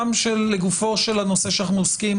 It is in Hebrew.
לגופו של הנושא שאנחנו עוסקים,